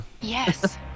Yes